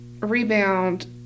Rebound